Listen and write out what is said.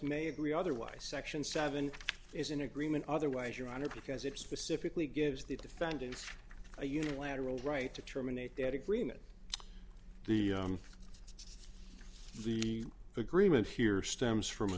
may agree otherwise section seven is in agreement otherwise your honor because it specifically gives the defendant a unilateral right to terminate that agreement the the agreement here stems from a